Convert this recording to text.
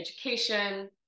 education